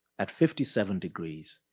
at fifty seven degrees,